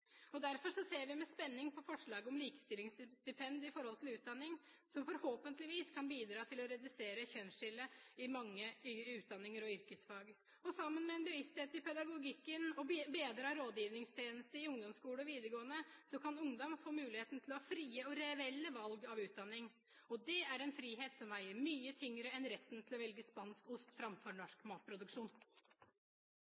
utdanning. Derfor ser vi med spenning på forslaget om likestillingsstipend innen utdanning, som forhåpentligvis kan bidra til å redusere kjønnsskillet i mange utdanninger og yrkesfag. Sammen med en bevissthet i pedagogikken og bedret rådgivningstjeneste i ungdomsskole og videregående skole kan ungdom få muligheten til å ha frie og reelle valg av utdanning. Og det er en frihet som veier mye tyngre enn retten til å velge spansk ost framfor